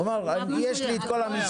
הוא אמר: יש לי את כל המסמכים.